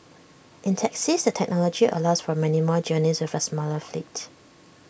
in taxis the technology allows for many more journeys with A smaller fleet